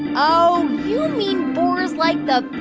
oh, you mean boars like the